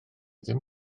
ddim